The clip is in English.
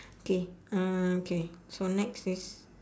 okay uh okay for next is